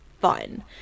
fun